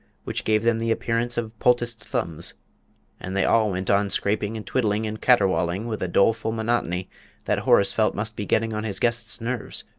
which gave them the appearance of poulticed thumbs and they all went on scraping and twiddling and caterwauling with a doleful monotony that horace felt must be getting on his guests' nerves,